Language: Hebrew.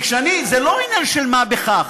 זה לא עניין של מה בכך,